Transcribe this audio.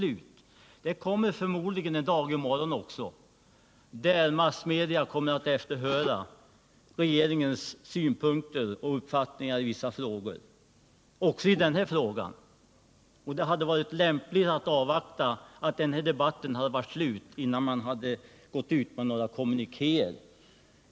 Men det kommer förmodligen en dag i morgon också, då massmedia kommer att efterhöra regeringens synpunkter och uppfattningar i olika frågor och också i den nu aktuella frågan. Därför hade det varit lämpligt att i dag avvakta debattens slut innan man gick ut och lämnade några kommunikéer.